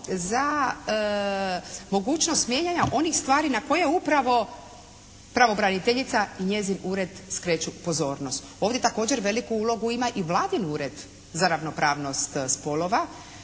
za mogućnost mijenjanja onih stvari na koje upravo pravobraniteljica i njezin ured skreću pozornost. Ovdje također veliku ulogu ima i Vladin Ured za ravnopravnost spolova